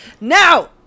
Now